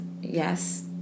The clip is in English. yes